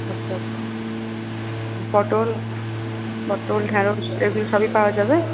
আচ্ছা আচ্ছা পটল পটল ঢ্যাঁড়স এইগুলো সবই পাওয়া যাবে